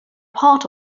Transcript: part